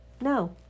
No